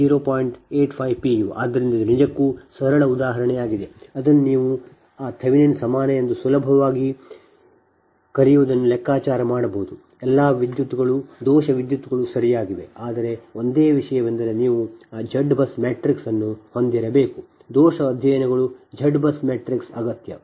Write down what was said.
ಆದ್ದರಿಂದ ಇದು ನಿಜಕ್ಕೂ ಸರಳ ಉದಾಹರಣೆಯಾಗಿದೆ ಅದನ್ನು ನೀವು ಆ ಥೆವೆನಿನ್ ಸಮಾನ ಎಂದು ಸುಲಭವಾಗಿ ಕರೆಯುವದನ್ನು ಲೆಕ್ಕಾಚಾರ ಮಾಡಬಹುದು ಎಲ್ಲಾ ದೋಷ ವಿದ್ಯುತ್ಗಳು ಸರಿಯಾಗಿವೆ ಆದರೆ ಒಂದೇ ವಿಷಯವೆಂದರೆ ನೀವು ಆ Z BUS ಮ್ಯಾಟ್ರಿಕ್ಸ್ ಅನ್ನು ಹೊಂದಿರಬೇಕು ದೋಷ ಅಧ್ಯಯನಗಳು Z BUS ಮ್ಯಾಟ್ರಿಕ್ಸ್ ಅಗತ್ಯ